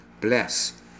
bless